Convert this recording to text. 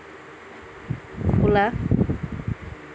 খোলা